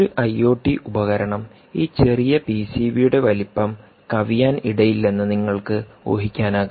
ഒരു ഐഒടി ഉപകരണം ഈ ചെറിയ പിസിബിയുടെ വലുപ്പം കവിയാൻ ഇടയില്ലെന്ന് നിങ്ങൾക്ക് ഊഹിക്കാനാകും